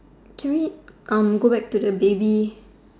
can we erm go back to the baby